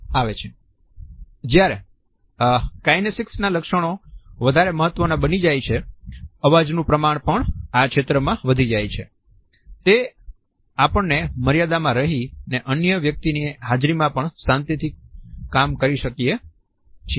જયારે કાઈનેસીક્સના લક્ષણો વધારે મહત્વના બની જાય છે અવાજ નું પ્રમાણ પણ આ ક્ષેત્રમાં વધી જાય છે તે આપણને મર્યાદામાં રહીને અન્ય વ્યક્તિની હાજરીમાં પણ શાંતિથી કામ કરી શકીએ છીએ